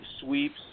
sweeps